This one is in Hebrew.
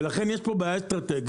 לכן יש פה בעיה אסטרטגית,